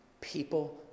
People